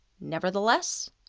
Nevertheless